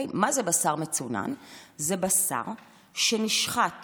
מדובר בבשר שנשחט